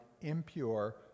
impure